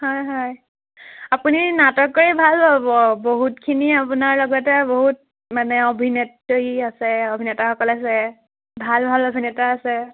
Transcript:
হয় হয় আপুনি নাটক কৰি ভাল পাব বহুতখিনি আপোনাৰ লগতে বহুত মানে অভিনেত্ৰী আছে অভিনেতাসকল আছে ভাল ভাল অভিনেতা আছে